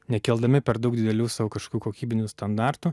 nekeldami per daug didelių sau kaškių kokybinių standartų